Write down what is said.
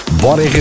Bora